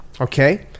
okay